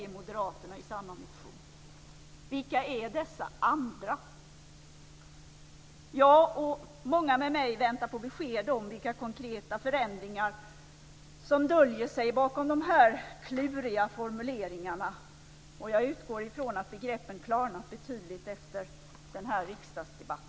Vilka är dessa andra? Jag och många med mig väntar på besked om vilka konkreta förändringar som döljer sig bakom dessa kluriga formuleringar. Jag utgår ifrån att begreppen klarnat betydligt efter denna riksdagsdebatt.